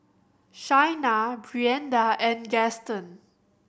Shaina Brianda and Gaston